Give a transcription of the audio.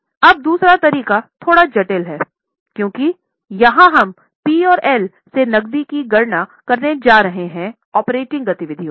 अब दूसरा तरीका थोड़ा जटिल है क्योंकि यहां हम P और L से नक़दी की गणना करने जा रहे हैं ऑपरेटिंग गतिविधियों से